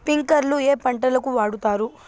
స్ప్రింక్లర్లు ఏ పంటలకు వాడుతారు?